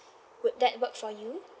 would that work for you